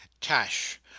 Tash